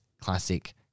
classic